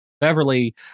Beverly